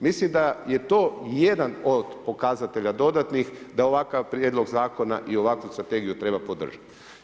Mislim da je to jedan od pokazatelja dodatnih da ovakav prijedlog zakona i ovakvu strategiju treba podržat.